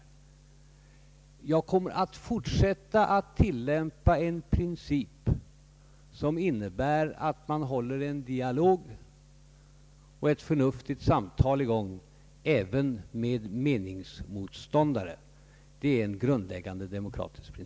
Jag kommer att fortsätta tillämpa en princip som innebär att man håller en dialog och ett förnuftigt samtal i gång även med meningsmotståndare. Detta är en grundläggande demokratisk prin